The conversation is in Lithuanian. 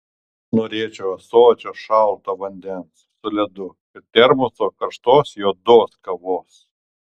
norėčiau ąsočio šalto vandens su ledu ir termoso karštos juodos kavos